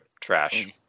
Trash